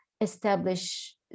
establish